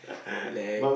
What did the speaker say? relax